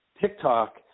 TikTok –